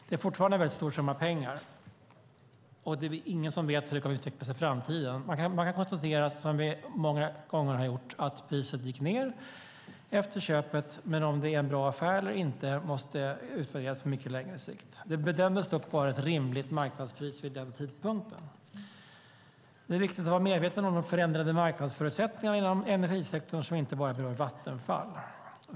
Det är fortfarande en väldigt stor summa pengar. Och det är ingen som vet hur det kommer att utvecklas i framtiden. Vi kan bara konstatera, som vi många gånger har gjort, att elpriset gick ned efter köpet, men om det var en bra affär eller inte måste utvärderas på mycket längre sikt. Det bedömdes dock vara ett rimligt marknadspris vid den tidpunkten. Det är viktigt att vara medveten om de förändrade marknadsförutsättningarna inom energisektorn som inte bara berör Vattenfall.